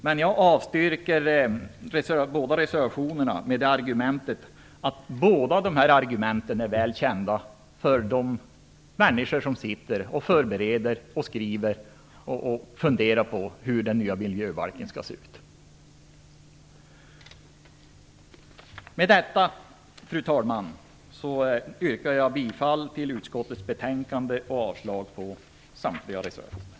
Men jag vill avstyrka de båda reservationerna med argumentet att allt detta är väl känt för de människor som håller på att förbereda och skriva på den nya miljöbalken. Fru talman! Med det anförda yrkar jag bifall till hemställan i utskottets betänkande och avslag på samtliga reservationer.